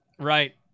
Right